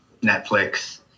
Netflix